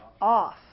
Off